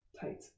Tight